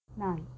நாய்